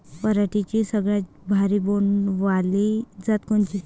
पराटीची सगळ्यात भारी बोंड वाली जात कोनची?